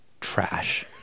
trash